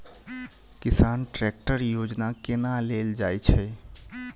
किसान ट्रैकटर योजना केना लेल जाय छै?